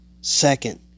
Second